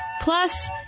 Plus